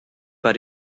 but